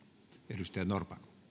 arvoisa puhemies